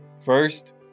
First